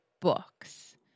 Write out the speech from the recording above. books